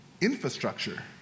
infrastructure